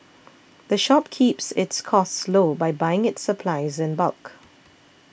the shop keeps its costs low by buying its supplies in bulk